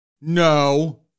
No